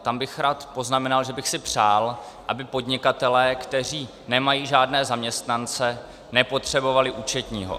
Tam bych rád poznamenal, že bych si přál, aby podnikatelé, kteří nemají žádné zaměstnance, nepotřebovali účetního.